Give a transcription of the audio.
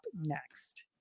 next